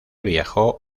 viajó